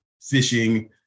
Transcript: fishing